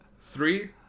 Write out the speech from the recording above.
three